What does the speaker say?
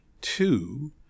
Two